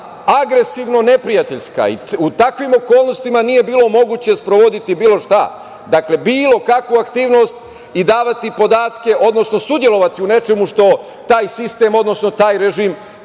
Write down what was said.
agresivno-neprijateljska. U takvim okolnostima nije bilo moguće sprovoditi bilo šta, dakle bilo kakvu aktivnost i davati podatke, odnosno učestvovati u nečemu što taj sistem, odnosno taj režim